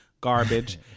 garbage